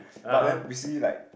but then we see like